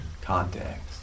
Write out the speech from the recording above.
context